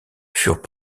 furent